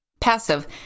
passive